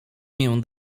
mię